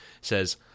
says